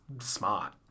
smart